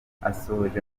asoje